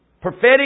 Prophetic